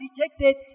rejected